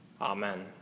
Amen